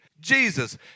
Jesus